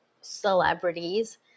celebrities